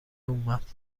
اومد